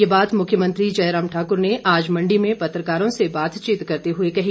ये बात मुख्यमंत्री जयराम ठाकुर ने आज मंडी में पत्रकारों से बातचीत करते हुए कही